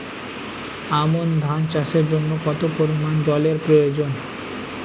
আমন ধান চাষের জন্য কত পরিমান জল এর প্রয়োজন?